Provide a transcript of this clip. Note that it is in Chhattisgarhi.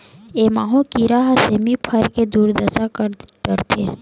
ए माहो कीरा ह सेमी फर के दुरदसा कर डरथे